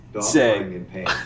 say